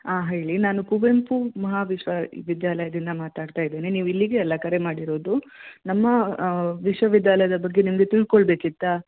ಹಾಂ ಹೇಳಿ ನಾನು ಕುವೆಂಪು ಮಹಾ ವಿಶ್ವವಿದ್ಯಾಲಯದಿಂದ ಮಾತಾಡ್ತಾ ಇದ್ದೀನಿ ನೀವು ಇಲ್ಲಿಗೇ ಅಲ್ವ ಕರೆ ಮಾಡಿರೋದು ನಮ್ಮ ವಿಶ್ವವಿದ್ಯಾಲಯದ ಬಗ್ಗೆ ನಿಮಗೆ ತಿಳ್ಕೊಳ್ಬೇಕಿತ್ತಾ